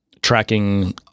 tracking